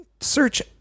search